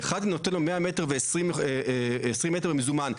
ואחד נותן לו 100 מטר ו-20 מטר במזומן.